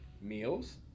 meals